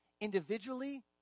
Individually